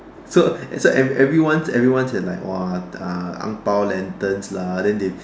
so so every~ everyone everyone had like !wah! uh Ang bao lanterns lah then they